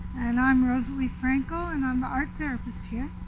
and i'm rosalie frankel and i'm the art therapist here.